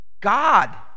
God